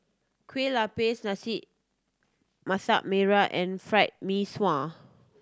Kueh Lapis Masak Merah and Fried Mee Sua